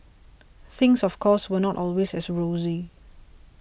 things of course were not always as rosy